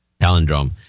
Palindrome